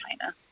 China